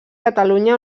catalunya